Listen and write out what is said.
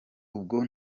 ubwo